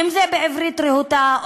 אם בעברית רהוטה,